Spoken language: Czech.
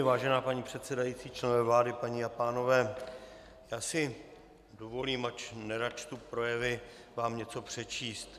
Vážená paní předsedající, členové vlády, paní a pánové, já si dovolím, ač nerad čtu projevy, vám něco přečíst.